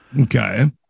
Okay